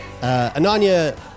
Ananya